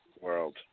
world